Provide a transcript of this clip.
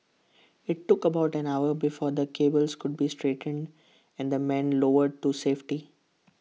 IT took about an hour before the cables could be straightened and the men lowered to safety